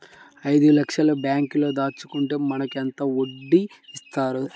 ఐదు లక్షల బ్యాంక్లో దాచుకుంటే మనకు ఎంత వడ్డీ ఇస్తారు?